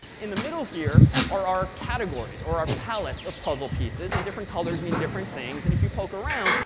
in the middle here are our categories or our pallets of puzzle pieces, and different colors mean different things. and if you poke around,